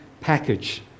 package